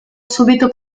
subito